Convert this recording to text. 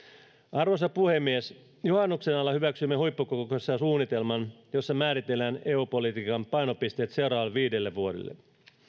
arvoisa puhemies juhannuksen alla hyväksyimme huippukokouksessa suunnitelman jossa määritellään eu politiikan painopisteet seuraavalle viidelle vuodelle